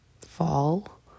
fall